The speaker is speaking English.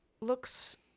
looks